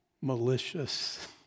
malicious